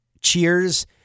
Cheers